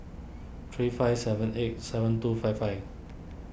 three five seven eight seven two five five